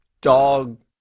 dog